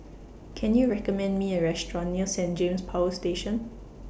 Can YOU recommend Me A Restaurant near Saint James Power Station